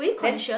then